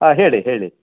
ಹಾಂ ಹೇಳಿ ಹೇಳಿ